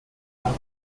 der